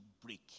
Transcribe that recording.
break